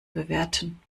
bewerten